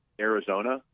Arizona